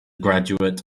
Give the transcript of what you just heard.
graduate